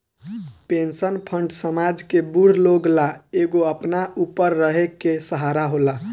pension fund समाज के बूढ़ लोग ला एगो अपना ऊपर रहे के सहारा होला